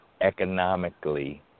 economically